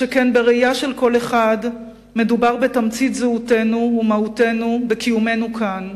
שכן בראייה של כל אחד מדובר בתמצית זהותנו ומהותנו בקיומנו כאן,